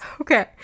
Okay